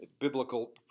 biblical